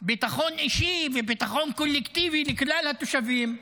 ביטחון אישי וביטחון קולקטיבי לכלל התושבים?